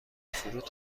فرود